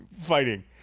fighting